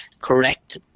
correct